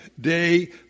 day